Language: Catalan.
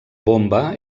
bomba